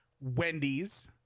Wendy's